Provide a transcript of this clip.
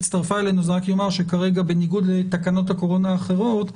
אני רק אומר שכרגע, בניגוד לתקנות הקורונה האחרות,